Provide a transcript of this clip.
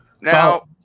Now